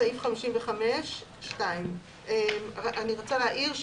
אני רוצה להעיר,